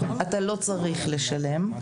אתה לא צריך לשלם.